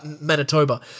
Manitoba